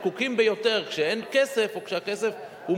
הזקוקים ביותר כשאין כסף או כשהכסף הוא